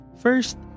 First